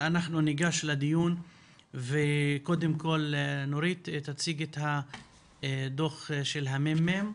אנחנו ניגש לדיון וקודם כל נורית תציג את הדוח של הממ"מ